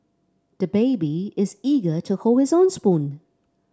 the baby is eager to hold his own spoon